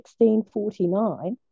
1649